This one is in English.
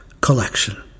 collection